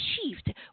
achieved